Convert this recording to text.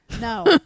No